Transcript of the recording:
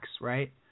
right